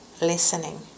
listening